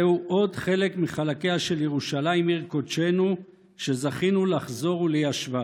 זהו עוד חלק מחלקיה של ירושלים עיר קודשנו שזכינו לחזור וליישבה.